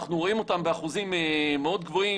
אנחנו רואים אותם באחוזים מאוד גבוהים